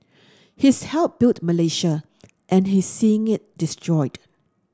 he's helped built Malaysia and he's seeing it destroyed